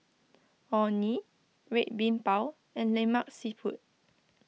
Orh Nee Red Bean Bao and Lemak Siput